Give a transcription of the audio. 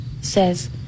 Says